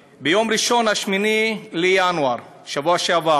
וראו איזה פלא, ביום ראשון, 8 בינואר, בשבוע שעבר,